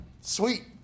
Sweet